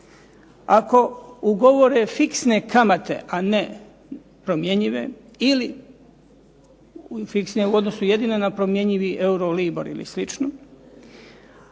ako ugovore fiksne kamate, a ne promjenjive ili fiksne u odnosu jedino na promjenjivi euro libor ili